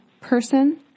person